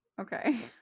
okay